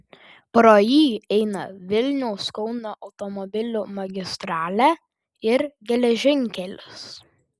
pro jį eina vilniaus kauno automobilių magistralė ir geležinkelis